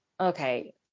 okay